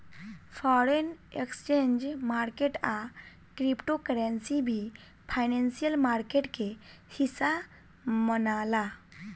foreign exchange market आ crypto currency भी financial market के हिस्सा मनाला